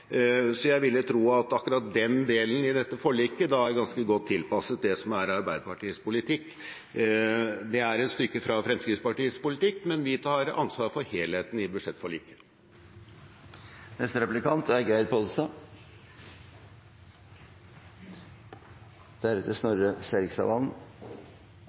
så jeg ville tro at akkurat den delen i dette forliket er ganske godt tilpasset det som er Arbeiderpartiets politikk. Det er et stykke fra Fremskrittspartiets politikk, men vi tar ansvar for helheten i budsjettforliket. Før valget i 2013 lovet Fremskrittspartiet et bompengefritt Norge. Det vi ser nå, er